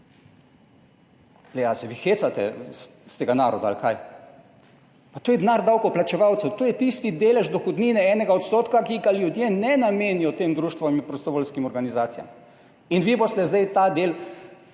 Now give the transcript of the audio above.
Ali se vi hecate iz tega naroda ali kaj? Pa to je denar davkoplačevalcev! To je tisti delež dohodnine enega odstotka, ki ga ljudje ne namenijo tem društvom in prostovoljskim organizacijam. Vi boste zdaj ta del